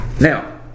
Now